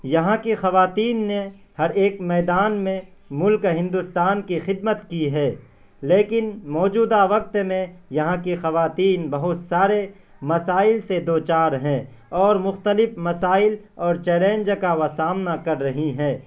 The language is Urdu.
یہاں کی خواتین نے ہر ایک میدان میں ملک ہندوستان کی خدمت کی ہے لیکن موجودہ وقت میں یہاں کی خواتین بہت سارے مسائل کے دوچار ہیں اور مختلف مسائل اور چیلینج کا وہ سامنا کر رہی ہیں